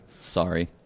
Sorry